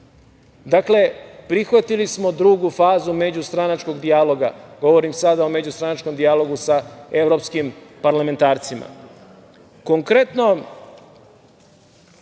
način. Prihvatili smo drugu fazu međustranačkog dijaloga, govorim sada o međustranačkom dijalogu sa evropskim parlamentarcima.